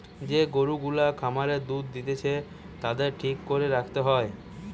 যে গরু গুলা খামারে দুধ দিতেছে তাদের ঠিক করে রাখতে হয়